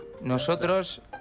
Nosotros